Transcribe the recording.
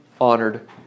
honored